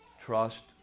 Trust